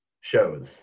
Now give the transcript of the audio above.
shows